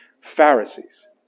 Pharisees